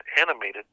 animated